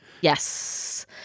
Yes